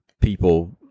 people